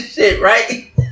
Right